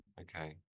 Okay